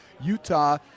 Utah